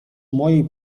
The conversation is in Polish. mojej